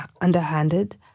underhanded